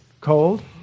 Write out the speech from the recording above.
Cold